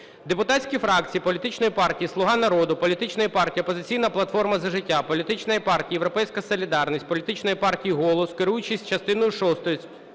Депутатські фракції політичної партії "Слуга народу", політичної партії "Опозиційна платформа – За життя", політичної партії "Європейська солідарність", політичної партії "Голос", керуючись частиною